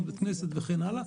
עוד בית כנסת וכן הלאה.